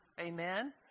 amen